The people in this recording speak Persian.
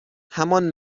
همان